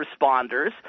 responders